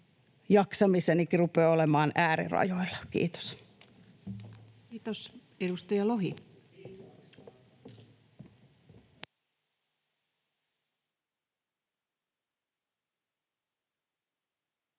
jaksamisenikin rupeaa olemaan äärirajoilla. — Kiitos. Kiitos. — Edustaja Lohi. Arvoisa